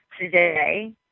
today